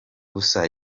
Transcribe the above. gusa